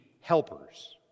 helpers